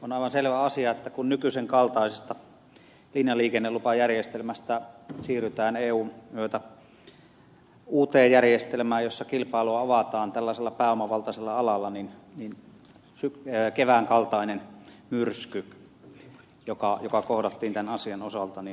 on aivan selvä asia että kun nykyisen kaltaisesta linjaliikennelupajärjestelmästä siirrytään eun myötä uuteen järjestelmään jossa kilpailu avataan tällaisella pääomavaltaisella alalla niin sen kaltainen myrsky mikä keväällä kohdattiin tämän asian osalta oli ilmeinen